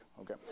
Okay